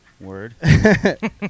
Word